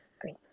Great